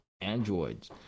Androids